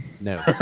No